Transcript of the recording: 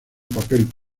papel